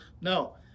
No